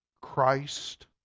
Christ